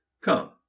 come